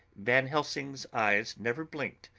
van helsing's eyes never blinked,